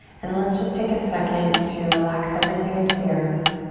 and let's just take a second to relax everything into the earth.